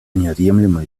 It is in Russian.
неотъемлемая